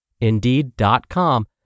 Indeed.com